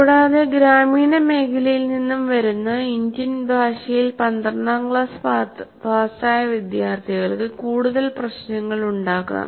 കൂടാതെ ഗ്രാമീണ മേഖലയിൽ നിന്നും വരുന്ന ഇന്ത്യൻ ഭാഷയിൽ 12 ആം ക്ലാസ് പാസായ വിദ്യാർത്ഥികൾക്ക് കൂടുതൽ പ്രശ്നങ്ങൾ ഉണ്ടാകാം